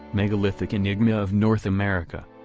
megalithic enigma of north america.